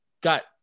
got